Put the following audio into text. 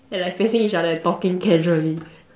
and like facing each other and talking casually